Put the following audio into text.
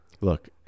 Look